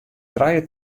trije